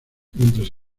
mientras